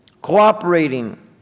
cooperating